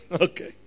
Okay